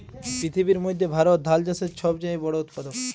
পিথিবীর মইধ্যে ভারত ধাল চাষের ছব চাঁয়ে বড় উৎপাদক